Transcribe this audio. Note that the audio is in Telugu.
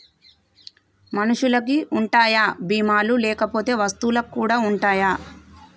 మనుషులకి ఉంటాయా బీమా లు లేకపోతే వస్తువులకు కూడా ఉంటయా?